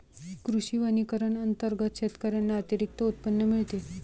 कृषी वनीकरण अंतर्गत शेतकऱ्यांना अतिरिक्त उत्पन्न मिळते